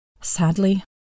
Sadly